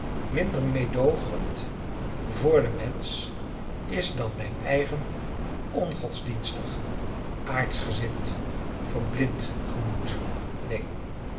minder meedoogend voor den mensch is dan mijn eigen ongodsdienstig aardschgezind verblind gemoed neen